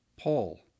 Paul